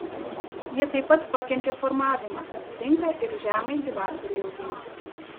jie taip pat pakenčia formavimą tinka ir žemai gyvatvorei auginti